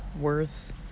worth